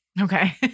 Okay